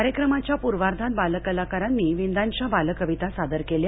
कार्यक्रमाच्या पूर्वार्धात बालकलाकारांनी विंदांच्या बालकविता सादर केल्या